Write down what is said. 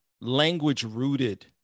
language-rooted